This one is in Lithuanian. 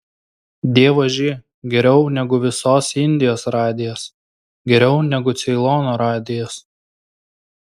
dievaži geriau negu visos indijos radijas geriau negu ceilono radijas